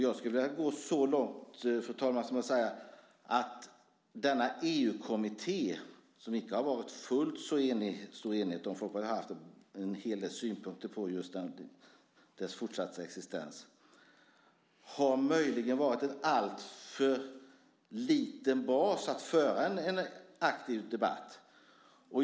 Jag skulle vilja gå så långt, fru talman, som att säga att denna EU-kommitté, som vi icke har varit fullt så eniga om - Folkpartiet har ju haft en hel del synpunkter på dess fortsatta existens - möjligen har varit en alltför liten bas för att föra en aktiv debatt.